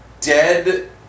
dead